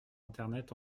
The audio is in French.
internet